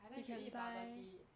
I like to eat bubble tea